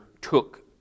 took